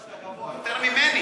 שאתה גבוה יותר ממני.